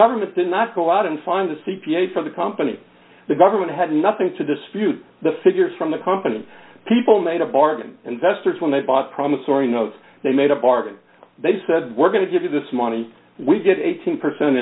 government did not go out and find the c p a for the company the government had nothing to dispute the figures from the company people made a bargain investors when they bought promissory notes they made a bargain they said we're going to give you this money we get eighteen percent